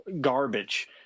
garbage